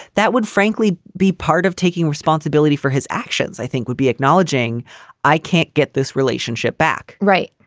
that would frankly be part of taking responsibility for his actions. i think we'd be acknowledging i can't get this relationship back right.